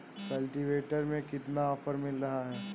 Cultivator में कितना offer मिल रहा है?